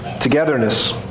Togetherness